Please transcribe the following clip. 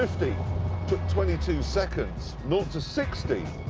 fifty took twenty two seconds. nought to sixty.